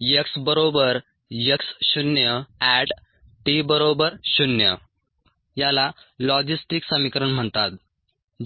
xx0 at t0 याला logistic समीकरण म्हणतात